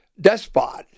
despot